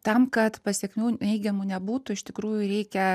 tam kad pasekmių neigiamų nebūtų iš tikrųjų reikia